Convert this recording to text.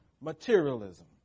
materialism